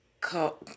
call